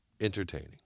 Entertaining